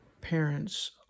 parents